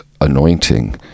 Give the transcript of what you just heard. anointing